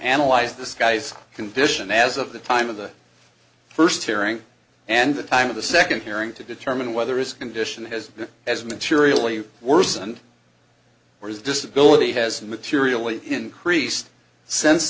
analyze this guy's condition as of the time of the first hearing and the time of the second hearing to determine whether its condition has as materially worsened or his disability has materially increased s